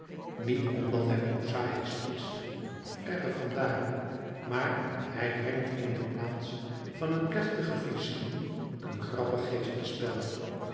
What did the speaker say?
niet omdat hij prozaïsch is verre van daar maar hij brengt in de plaats van het plechtige visioen een grappig